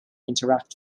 interact